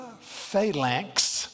phalanx